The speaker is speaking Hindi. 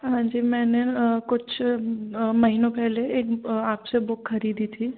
हांजी मैंने कुछ महीनों पहले एक आपसे बुक खरीदी थी